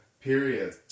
Period